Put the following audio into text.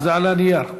זה על הנייר.